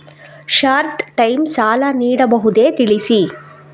Short time ಸಾಲ ನೀಡಬಹುದೇ ತಿಳಿಸಿ?